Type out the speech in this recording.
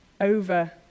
over